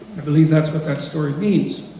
i believe that's what that story means,